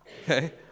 Okay